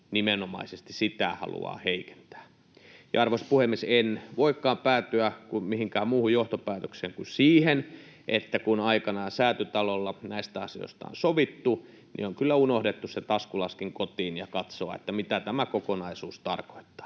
nimenomaisesti sitä haluaa heikentää. Arvoisa puhemies! En voikaan päätyä mihinkään muuhun johtopäätökseen kuin siihen, että kun aikanaan Säätytalolla näistä asioista on sovittu, niin on kyllä unohdettu se taskulaskin kotiin ja unohdettu katsoa, mitä tämä kokonaisuus tarkoittaa.